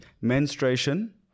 menstruation